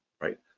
right